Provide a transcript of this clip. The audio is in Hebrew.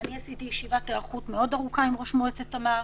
אני עשיתי ישיבת היערכות מאוד ארוכה עם ראש מועצת תמר.